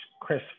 Chris